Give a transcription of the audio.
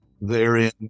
therein